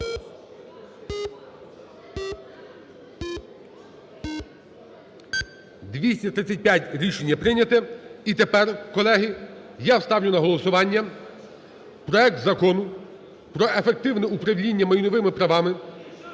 За-235 Рішення прийнято. І тепер, колеги, я ставлю на голосування проект Закону про ефективне управління майновими правами